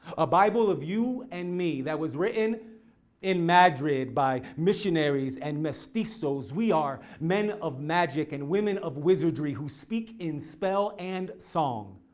a bible of you and me that was written in madrid by missionaries and mestizos. we are men of magic and women of wizardry who speak in spell and song.